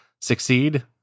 succeed